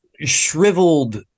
shriveled